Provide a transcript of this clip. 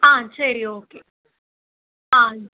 ஆ சரி ஓகே ஆ